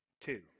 Two